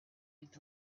with